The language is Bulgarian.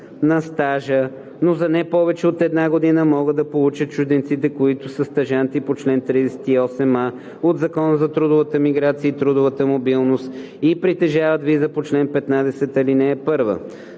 на стажа, но за не повече от една година могат да получат чужденците, които са стажанти по чл. 38а от Закона за трудовата миграция и трудовата мобилност и притежават виза по чл. 15, ал. 1.